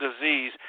disease